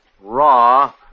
Raw